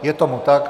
Je tomu tak.